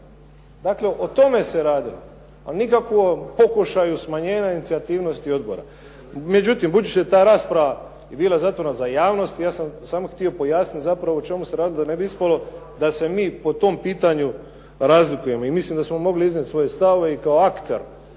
Dakle, o tome se radilo. Ali nikako o pokušaju smanjenja inicijativnosti odbora. Međutim, budući da je ta rasprava bila zatvorena za javnost ja sam samo htio pojasniti zapravo o čemu se radilo da ne bi ispalo da se mi po tom pitanju razlikujemo. I milim da smo mogli iznijeti svoje stavove i kao akter